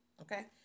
okay